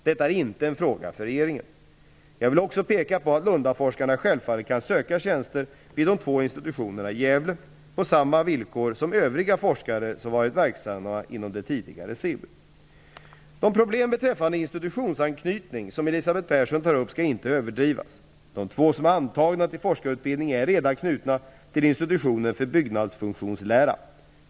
Detta är inte en fråga för regeringen. Jag vill också peka på att Lundaforskarna självfallet kan söka tjänster vid de två institutionerna i Gävle på samma villkor som övriga forskare som varit verksamma inom det tidigare SIB. De problem beträffande institutionsanknytning som Elisabeth Persson tar upp skall inte överdrivas. De två som är antagna till forskarutbildning är redan knutna till institutionen för byggnadsfunktionslära.